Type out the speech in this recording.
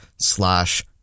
slash